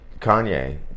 Kanye